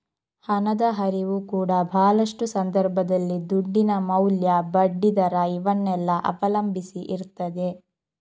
ಹಣದ ಹರಿವು ಕೂಡಾ ಭಾಳಷ್ಟು ಸಂದರ್ಭದಲ್ಲಿ ದುಡ್ಡಿನ ಮೌಲ್ಯ, ಬಡ್ಡಿ ದರ ಇವನ್ನೆಲ್ಲ ಅವಲಂಬಿಸಿ ಇರ್ತದೆ